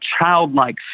childlike